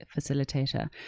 facilitator